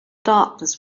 darkness